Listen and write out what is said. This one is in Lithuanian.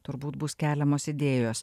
turbūt bus keliamos idėjos